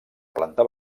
planta